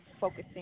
focusing